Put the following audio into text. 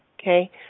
okay